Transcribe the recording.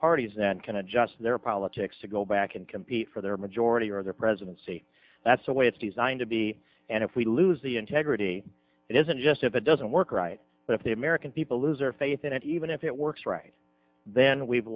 parties then can adjust their politics to go back and compete for their majority or their presidency that's the way it's designed to be and if we lose the integrity it isn't just if it doesn't work right but if the american people lose their faith in it even if it works right then we've